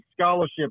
scholarship